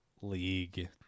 League